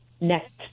next